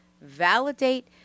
Validate